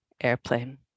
airplane